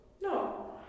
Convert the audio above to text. No